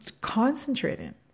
concentrating